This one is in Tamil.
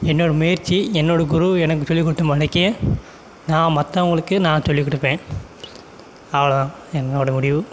என்னோடய முயற்சி என்னோடய குரு எனக்கு சொல்லிக் கொடுத்த மாரிக்கே நான் மற்றவுங்களுக்கு நான் சொல்லிக் கொடுப்பேன் அவ்வளோதான் என்னோடய முடிவு